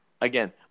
again